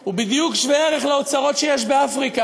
הוא בדיוק שווה-ערך לאוצרות שיש באפריקה,